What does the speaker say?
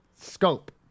scope